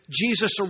Jesus